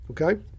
okay